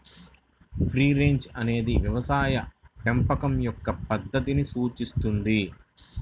free range అనేది వ్యవసాయ పెంపకం యొక్క పద్ధతిని సూచిస్తుంది